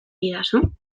didazu